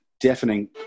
deafening